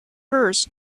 hers